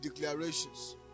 declarations